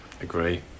agree